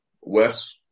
Wes